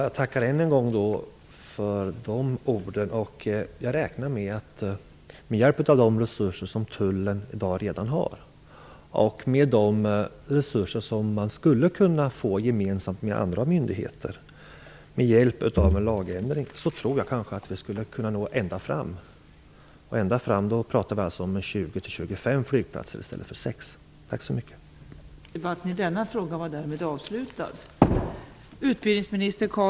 Fru talman! Jag tackar även för de orden. Med de resurser som Tullen har redan i dag och med de resurser som man skulle kunna få gemensamt med andra myndigheter med hjälp av en lagändring tror jag att vi skulle kunna nå ända fram. Med ända fram menar jag då 20-25 flygplatser i stället för 6. Tack så mycket!